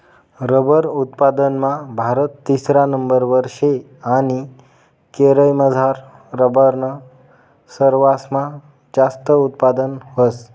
rubber उत्पादनमा भारत तिसरा नंबरवर शे आणि केरयमझार रबरनं सरवासमा जास्त उत्पादन व्हस